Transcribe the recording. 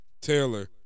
Taylor